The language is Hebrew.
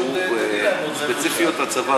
שהן ספציפיות לצבא,